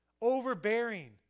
overbearing